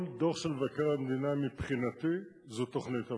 כל דוח של מבקר המדינה מבחינתי זה תוכנית עבודה.